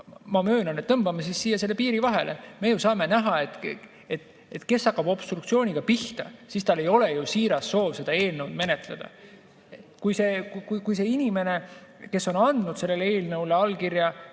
ma möönan, et tõmbame siis siia selle piiri vahele. Me ju saame näha, kes hakkab obstruktsiooniga pihta – tal ei ole ju siirast soovi seda eelnõu menetleda. Kui see inimene, kes on andnud sellele eelnõule allkirja,